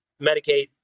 Medicaid